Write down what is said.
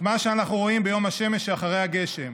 את מה שאנחנו רואים ביום השמש שאחרי הגשם